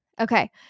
Okay